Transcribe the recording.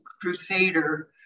crusader